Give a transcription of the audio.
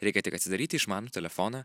reikia tik atsidaryti išmanų telefoną